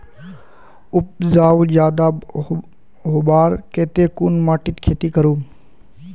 उपजाऊ ज्यादा होबार केते कुन माटित खेती करूम?